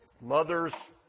Mothers